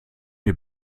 mir